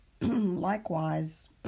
likewise